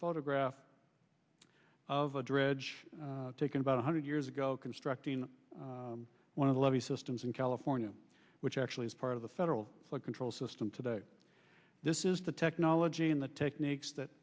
photograph of a dread taken about one hundred years ago constructing one of the levee systems in california which actually is part of the federal control system today this is the technology in the techniques that